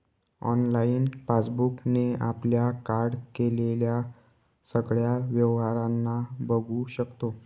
online passbook ने आपल्या card केलेल्या सगळ्या व्यवहारांना बघू शकतो